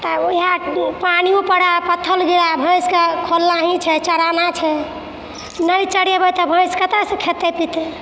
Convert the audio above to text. तऽ इहाँ पानिओ पड़ै पत्थल गिरै भैँसके खोलना ही छै चराना छै नहि चरेबै तऽ भैंस कतऽसँ खेतै पितै